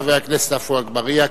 חבר הכנסת עפו אגבאריה,